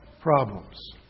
problems